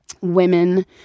women